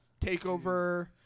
TakeOver